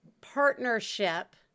partnership